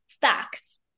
facts